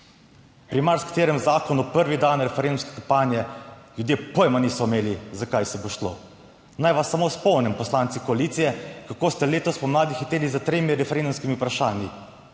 Pri marsikaterem zakonu prvi dan referendumske kampanje ljudje pojma niso imeli, za kaj se bo šlo. Naj vas samo spomnim, poslanci koalicije, kako ste letos spomladi hiteli s tremi referendumskimi vprašanji,